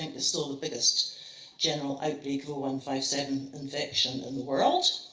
is still the biggest general outbreak of o one five seven infection in the world.